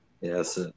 Yes